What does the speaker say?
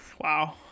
wow